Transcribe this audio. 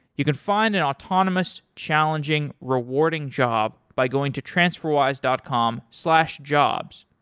you can find an autonomous, challenging, rewarding job by going to transferwise dot com slash jobs.